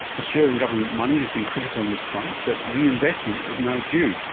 australian government money has been critical in this fight but reinvestment is now due,